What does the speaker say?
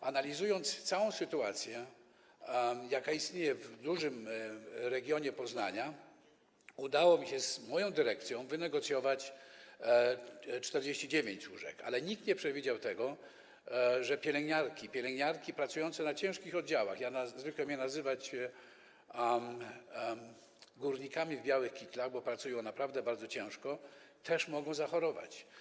Po analizie całej sytuacji, jaka istnieje w dużym regionie Poznania, udało mi się z moją dyrekcją wynegocjować 49 łóżek, ale nikt nie przewidział tego, że pielęgniarki pracujące na ciężkich oddziałach - ja zwykłem je nazywać górnikami w białych kitlach, bo pracują naprawdę bardzo ciężko - też mogą zachorować.